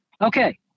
Okay